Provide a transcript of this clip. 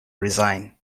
resign